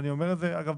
אגב,